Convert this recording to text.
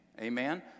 Amen